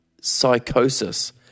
psychosis